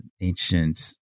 ancient